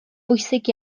bwysig